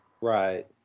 Right